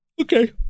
Okay